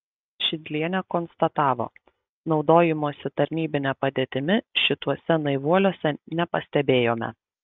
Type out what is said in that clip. šidlienė konstatavo naudojimosi tarnybine padėtimi šituose naivuoliuose nepastebėjome